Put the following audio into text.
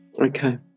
Okay